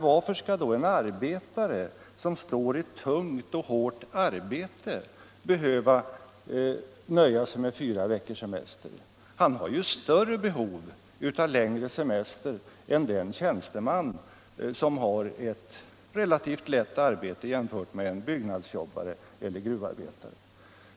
Varför skall då en arbetare, som står i tungt och hårt arbete, bara ha fyra veckors semester? Han har ju större behov av längre semester än den tjänsteman som har ett relativt lätt arbete jämfört med en byggnadsjobbare eller en gruvarbetare.